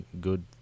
good